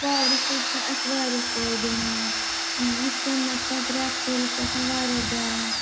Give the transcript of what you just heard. پاورٕ سۭتۍ چھِ اَسہِ واریاہ فٲیدٕ مِلان یِتھ کٔنۍ مطلب رٮ۪تہٕ کٲلِس چھِ آسان واریاہ گَرم